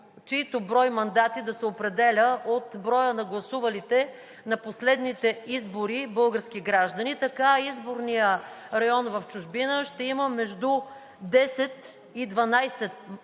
чийто брой мандати да се определя от броя на гласувалите на последните избори български граждани. Така изборният район в чужбина ще има между 10 и 12 мандата